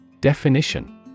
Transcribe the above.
Definition